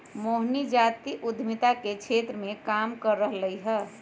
मोहिनी जाति उधमिता के क्षेत्र मे काम कर रहलई ह